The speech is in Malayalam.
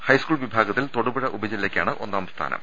ഹൈസ്കൂൾ വിഭാഗത്തിൽ തൊടുപുഴ ഉപ ജില്ലക്കാണ് ഒന്നാം സ്ഥാനം